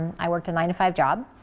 i worked a nine to five job.